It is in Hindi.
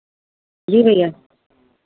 जी भैया